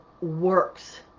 works